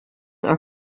are